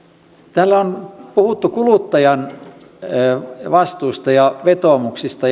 täällä on puhuttu kuluttajan vastuista ja vetoomuksista